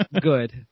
good